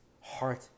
heart